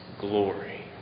glory